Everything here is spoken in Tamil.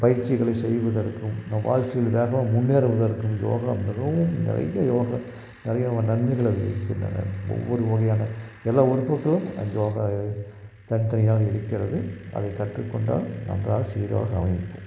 பயிற்சிகளை செய்வதற்கும் நம் வாழ்க்கையில் வேகமா முன்னேறுவதற்கும் யோகா மிகவும் நிறையா யோகா நிறையா வ நன்மைகள் அதிகரிக்கின்றன ஒவ்வொரு வகையான எல்லா உறுப்புக்களும் அண்ட் யோகாவிலே தனித்தனியாக இருக்கிறது அதை கற்றுக் கொண்டால் நன்றாக சீராக அமையும் பு